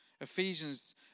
Ephesians